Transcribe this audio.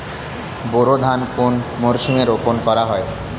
বোরো ধান কোন মরশুমে রোপণ করা হয়?